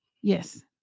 Yes